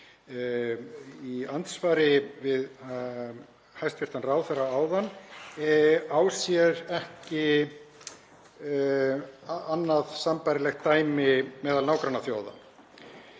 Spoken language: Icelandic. í andsvari við hæstv. ráðherra áðan, á sér ekki annað sambærilegt dæmi meðal nágrannaþjóða.